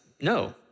no